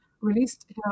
released